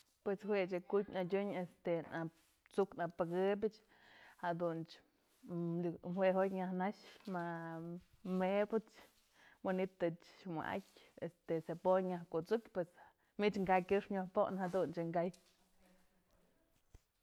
Pues jue jë ku'utpyë adyun este at'suk apëkëpyëch jadunch yë jue jotyë nyaj nax, ma mebyëc, manytëch wa'atyë este cebolla nyaj kut'suk pos manytë ka'ak kyëxpë nyoj pojnë, jadunch je'e ka'ay.